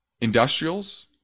industrials